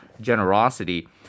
generosity